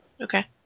Okay